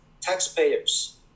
taxpayers